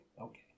okay